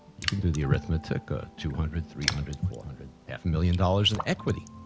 you can do the arithmetic ah two hundred, three hundred, four hundred, half a million dollars in equity.